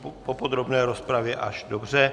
Až po podrobné rozpravě, dobře.